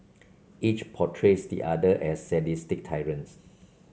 each portrays the other as sadistic tyrants